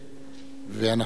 אנחנו מקדמים אותם בברכה.